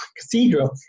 cathedral